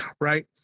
Right